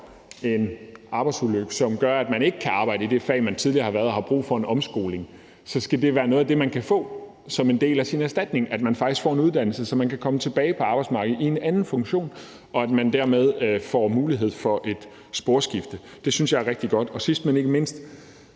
en arbejdsulykke, som gør, at man ikke kan arbejde i det fag, man tidligere har været i, og har brug for en omskoling, skal det være noget af det, man kan få som en del af ens erstatning, så man faktisk får en uddannelse, så man kan komme tilbage på arbejdsmarkedet i en anden funktion, og så man dermed får mulighed for et sporskifte. Det synes jeg er rigtig godt. Sidst, men ikke mindst,